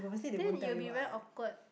then it will be very awkward